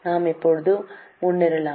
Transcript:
நாம் இப்போது முன்னேறலாமா